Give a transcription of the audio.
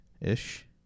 ish